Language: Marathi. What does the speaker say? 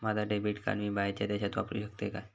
माझा डेबिट कार्ड मी बाहेरच्या देशात वापरू शकतय काय?